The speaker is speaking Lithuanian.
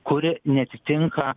kuri neatitinka